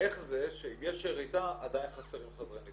איך זה שאם יש ירידה עדיין חסרים חדרי ניתוח.